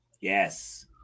Yes